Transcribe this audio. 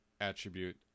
attribute